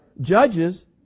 judges